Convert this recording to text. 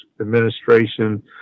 administration